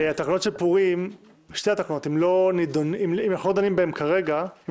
אנחנו לא דנים כרגע בשתי התקנות.